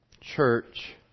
church